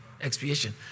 expiation